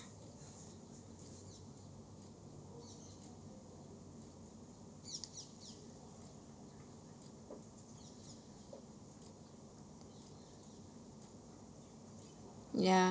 yeah